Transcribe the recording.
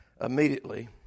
immediately